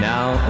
Now